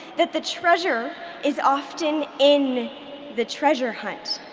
that the treasure is often in the treasure hunt.